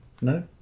No